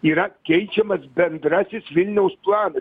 yra keičiamas bendrasis vilniaus planas